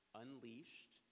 unleashed